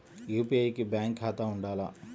UPI కి bank ఖాతా ఉండాల?